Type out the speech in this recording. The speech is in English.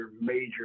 major